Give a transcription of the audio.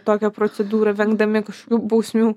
tokią procedūrą vengdami kažkokių bausmių